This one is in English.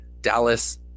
Dallas